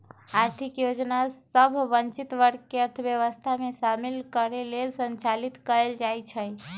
आर्थिक योजना सभ वंचित वर्ग के अर्थव्यवस्था में शामिल करे लेल संचालित कएल जाइ छइ